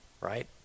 right